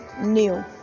new